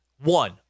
One